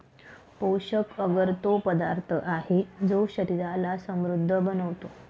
पोषक अगर तो पदार्थ आहे, जो शरीराला समृद्ध बनवतो